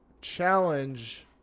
challenge